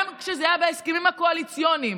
גם כשזה היה בהסכמים הקואליציוניים,